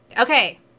Okay